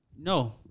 No